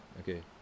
okay